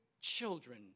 children